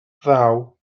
ddaw